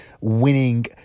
winning